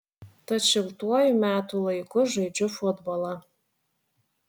tad šiltuoju metų laiku žaidžiu futbolą